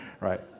right